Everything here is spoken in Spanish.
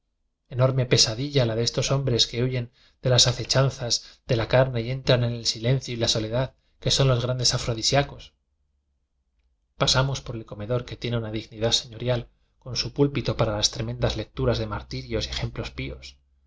enorme pesadilla la de estos hombres que huyen de las acechanzas de biblioteca nacic la carne y entran en el silencio y la soledad que son los grandes afrodisiacos pasamos por el comedor que tiene una dignidad señorial con su pulpito para las tremendas lecturas de martirios y ejemplos píos